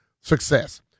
success